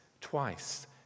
twice